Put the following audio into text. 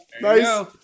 nice